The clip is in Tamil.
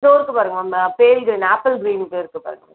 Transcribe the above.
இதோ இருக்குது பாருங்கள் மேம் பெயிடு ஆப்பிள் க்ரீன் கலர் இருக்குது பாருங்கள் மேம்